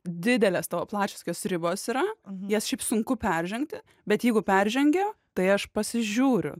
didelės tavo plačios tokios ribos yra jas šiaip sunku peržengti bet jeigu peržengia tai aš pasižiūriu